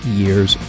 years